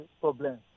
problems